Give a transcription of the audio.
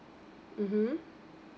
mmhmm